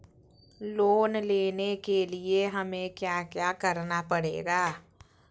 Loan लेने के लिए हमें क्या क्या करना पड़ेगा?